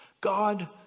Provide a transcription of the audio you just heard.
God